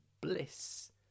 Bliss